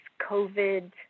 covid